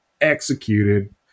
executed